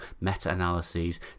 meta-analyses